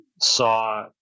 saw